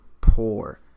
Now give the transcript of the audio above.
poor